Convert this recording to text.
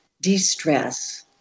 de-stress